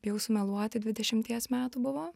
bijau sumeluoti dvidešimties metų buvo